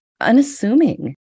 unassuming